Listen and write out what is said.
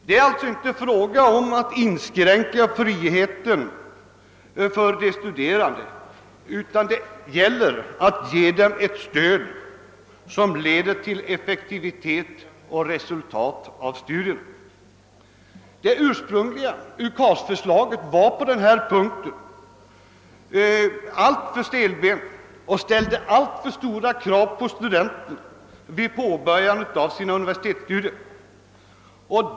Det är, som sagt, inte meningen att inskränka friheten för de studerande, utan det gäller att ge dem ett stöd som leder till effektivitet och resultat i studierna. Det ursprungliga UKAS-förslaget var på den punkten alltför stelbent och ställde alltför stora krav på studenterna vid påbörjandet av deras universitetsstudier.